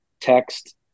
text